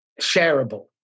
shareable